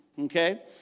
Okay